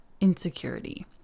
insecurity